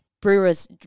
brewers